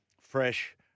fresh